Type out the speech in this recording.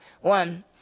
One